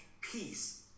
peace